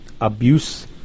abuse